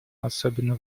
особенно